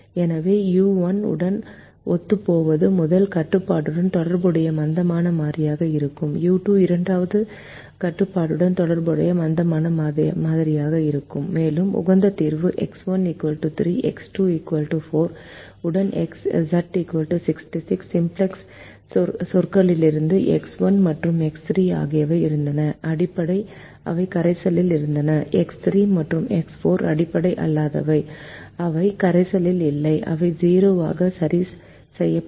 எனவே u1 உடன் ஒத்துப்போவது முதல் கட்டுப்பாட்டுடன் தொடர்புடைய மந்தமான மாறியாக இருக்கும் u2 இரண்டாவது கட்டுப்பாட்டுடன் தொடர்புடைய மந்தமான மாறியாக இருக்கும் மேலும் உகந்த தீர்வு X1 3 X2 4 உடன் Z 66 சிம்ப்ளக்ஸ் சொற்களிலிருந்து எக்ஸ் 1 மற்றும் எக்ஸ் 2 ஆகியவை இருந்தன அடிப்படை அவை கரைசலில் இருந்தன எக்ஸ் 3 மற்றும் எக்ஸ் 4 அடிப்படை அல்லாதவை அவை கரைசலில் இல்லை அவை 0 ஆக சரி செய்யப்பட்டன